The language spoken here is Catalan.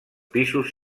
pisos